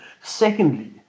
Secondly